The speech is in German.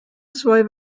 zwei